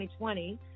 2020